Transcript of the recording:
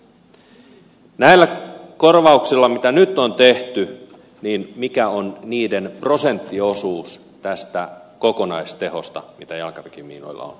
mikä on näiden korvausten mitä nyt on tehty prosenttiosuus tästä kokonaistehosta mikä jalkaväkimiinoilla on saatu